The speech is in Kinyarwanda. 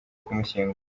kumushyingura